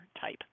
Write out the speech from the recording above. type